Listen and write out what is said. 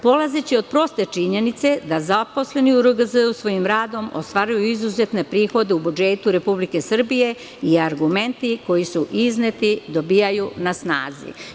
Polazeći od proste činjenice da zaposleni u RGZ svojim radom ostvaruju izuzetne prihode u budžetu Republike Srbije i argumenti koji su izneti dobijaju na snazi.